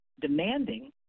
demanding